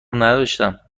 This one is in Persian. نداشتم